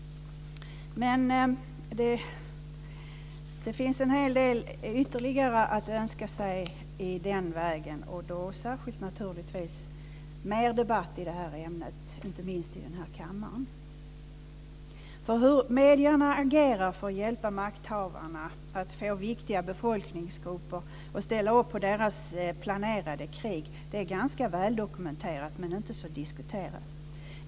Men det finns en hel del ytterligare att önska sig i den här vägen, särskilt naturligtvis mer av debatt i ämnet, inte minst i denna kammare. Hur medierna agerar för att hjälpa makthavare att få viktiga befolkningsgrupper att ställa upp för deras planerade krig är väldokumenterat men inte så diskuterat.